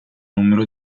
numero